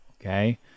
okay